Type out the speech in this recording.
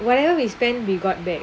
whatever we spend we got back